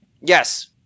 Yes